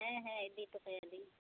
ᱦᱮᱸ ᱦᱮᱸ ᱤᱫᱤ ᱦᱚᱴᱚ ᱠᱟᱭᱟ ᱞᱤᱧ